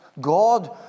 God